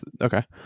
okay